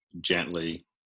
gently